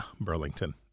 Burlington